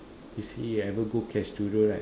you see you ever go K studio right